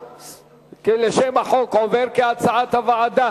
שם החוק עובר, כהצעת הוועדה.